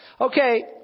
Okay